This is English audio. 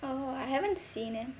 oh I haven't seen eh